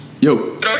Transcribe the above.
Yo